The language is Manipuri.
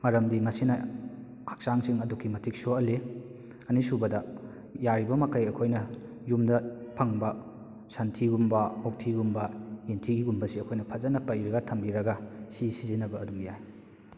ꯃꯔꯝꯗꯤ ꯃꯁꯤꯅ ꯍꯛꯆꯥꯡꯁꯤꯡ ꯑꯗꯨꯛꯀꯤ ꯃꯇꯤꯛ ꯁꯣꯛꯍꯜꯂꯤ ꯑꯅꯤꯁꯨꯕꯗ ꯌꯥꯔꯤꯕ ꯃꯈꯩ ꯑꯩꯈꯣꯏꯅ ꯌꯨꯝꯗ ꯐꯪꯕ ꯁꯟꯊꯤꯒꯨꯝꯕ ꯑꯣꯛꯊꯤꯒꯨꯝꯕ ꯌꯦꯟꯊꯤꯒꯨꯝꯕꯁꯦ ꯑꯩꯈꯣꯏꯅ ꯐꯖꯅ ꯄꯩꯔꯒ ꯊꯝꯕꯤꯔꯒ ꯁꯤ ꯁꯤꯖꯟꯅꯕ ꯑꯗꯨꯝ ꯌꯥꯏ